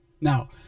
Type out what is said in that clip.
Now